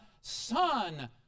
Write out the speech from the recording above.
son